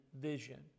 vision